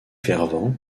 fervent